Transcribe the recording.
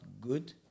good